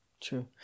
True